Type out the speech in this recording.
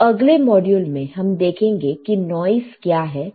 तो अगले मॉड्यूल में हम देखेंगे कि नॉइस क्या है